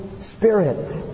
spirit